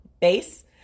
base